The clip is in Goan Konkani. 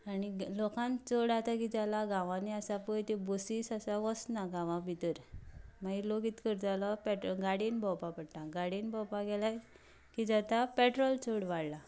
आनीक लोकान चड आता किदें जाला गांवांनी आसा पळय त्यो बसीस आसा वचना गांवां भितर मागीर लोक किदें करतालो पेट्रोल गाडियेन भोंवपाक पडटा गाडयेन भोंवपाक गेल्यार किद जाता पेट्रोल चड वाडला